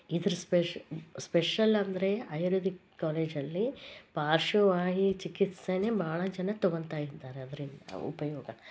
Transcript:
ಇದ್ರ ಸ್ಪೆಷಲ್ ಅಂದರೆ ಆಯುರ್ವೇದಿಕ್ ಕಾಲೇಜಲ್ಲಿ ಪಾರ್ಶ್ವವಾಯು ಚಿಕಿತ್ಸೇನೆ ಭಾಳ ಜನ ತಗೊಂತ ಇರ್ತಾರೆ ಅದರಿಂದ ಉಪಯೋಗ